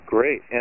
Great